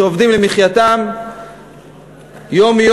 שעובדים למחייתם יום-יום,